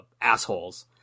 assholes